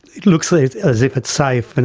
it looks like as if it's safe, and